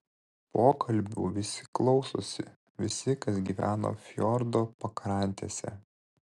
pokalbių visi klausosi visi kas gyvena fjordo pakrantėse